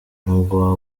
nubwo